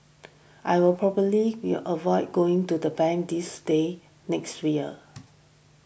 I will probably in avoid going to the bank this day next year